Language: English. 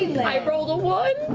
i rolled a one,